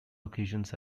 occasions